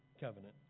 covenant